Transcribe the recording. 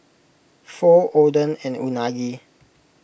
Pho Oden and Unagi